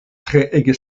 treege